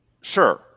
sure